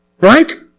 Right